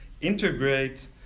integrate